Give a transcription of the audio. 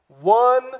one